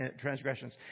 transgressions